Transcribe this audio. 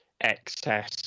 excess